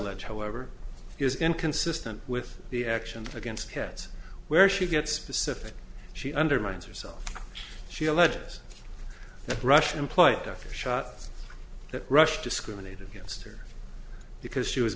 ege however is inconsistent with the actions against cats where she gets specific she undermines yourself she alleges that russian employed after shot that rush discriminated against her because she was